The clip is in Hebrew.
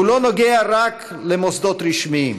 הוא לא נוגע רק למוסדות רשמיים,